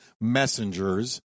messengers